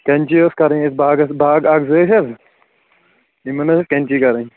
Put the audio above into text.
کٮ۪نچی ٲسۍ کرٕنۍ یَتھ باغس باغ اَکھ زٕ ٲسۍ حظ یِمن ٲس کٮ۪نچی کرٕنۍ